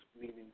meaning